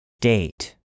Date